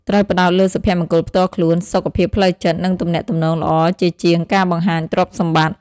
ត្រូវផ្តោតលើសុភមង្គលផ្ទាល់ខ្លួន សុខភាពផ្លូវចិត្ត និងទំនាក់ទំនងល្អជាជាងការបង្ហាញទ្រព្យសម្បត្តិ។